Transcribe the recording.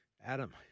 Adam